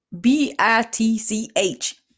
b-i-t-c-h